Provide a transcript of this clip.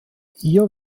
hier